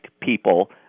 people